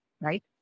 right